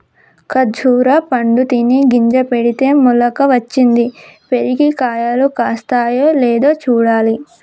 ఖర్జురా పండు తిని గింజ పెడితే మొలక వచ్చింది, పెరిగి కాయలు కాస్తాయో లేదో చూడాలి